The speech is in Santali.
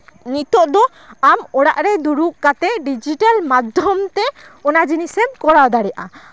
ᱱᱤᱛᱚᱜ ᱫᱚ ᱟᱢ ᱚᱲᱟᱜ ᱨᱮ ᱫᱩᱲᱩᱵ ᱠᱟᱛᱮᱜ ᱰᱤᱡᱤᱴᱮᱞ ᱢᱟᱫᱽᱫᱷᱚᱢ ᱛᱮ ᱚᱱᱟ ᱡᱤᱱᱤᱥ ᱮᱢ ᱠᱚᱨᱟᱣ ᱫᱟᱲᱮᱭᱟᱜᱼᱟ